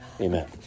Amen